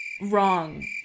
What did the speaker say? Wrong